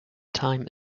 time